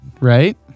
right